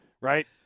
right